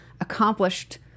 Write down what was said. accomplished